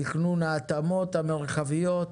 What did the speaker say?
תכנון ההתאמות המרחביות,